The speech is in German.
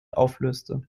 auflöste